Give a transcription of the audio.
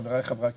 חבריי חברי הכנסת,